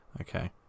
okay